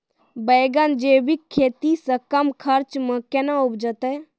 बैंगन जैविक खेती से कम खर्च मे कैना उपजते?